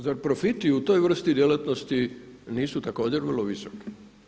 Zar profiti u toj vrsti djelatnosti nisu također vrlo visoki?